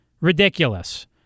Ridiculous